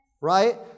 Right